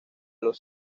los